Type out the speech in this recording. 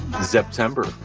September